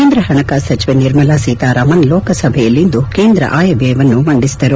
ಕೇಂದ್ರ ಹಣಕಾಸು ಸಚಿವೆ ನಿರ್ಮಲಾ ಸೀತಾರಾಮನ್ ಲೋಕಸಭೆಯಲ್ಲಿಂದು ಕೇಂದ್ರ ಆಯವ್ನಯವನ್ನು ಮಂಡಿಸಿದರು